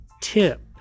tip